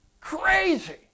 Crazy